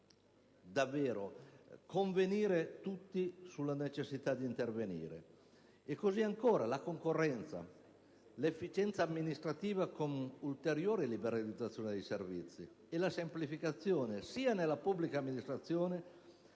davvero convenire tutti sulla necessità di intervenire.